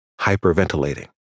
hyperventilating